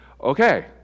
okay